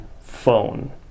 phone